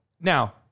now